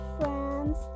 friends